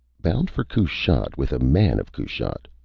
bound for kushat, with a man of kushat.